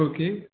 okay